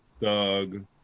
Doug